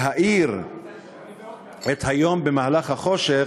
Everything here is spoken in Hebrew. להאיר את היום במהלך החושך